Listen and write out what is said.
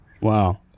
Wow